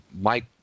Mike